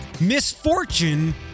misfortune